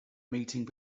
meeting